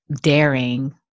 daring